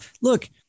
look